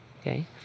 Okay